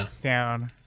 down